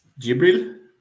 Gibril